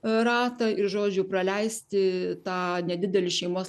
ratą ir žodžiu praleisti tą nedidelį šeimos